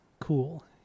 cool